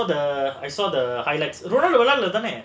I saw the I saw the highlights விளையாடலைதானே:vilaiyaadalaithaanae